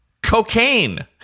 Cocaine